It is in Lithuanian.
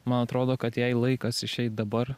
man atrodo kad jai laikas išeit dabar